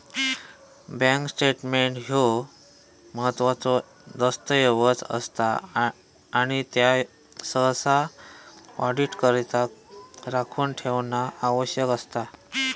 bank statement ह्यो महत्त्वाचो दस्तऐवज असता आणि त्यो सहसा ऑडिटकरता राखून ठेवणा आवश्यक असता